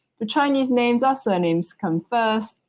the chinese names, our surnames comes first,